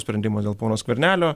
sprendimo dėl pono skvernelio